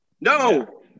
No